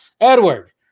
Edward